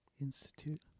Institute